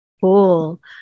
Cool